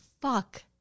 fuck